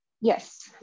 yes